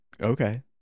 Okay